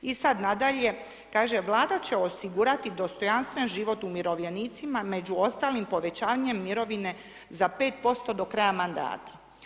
I sada nadalje, kaže vlada će osigurati dostojanstven život umirovljenicima, među ostalim povećanje mirovine za 5% do kraja mandata.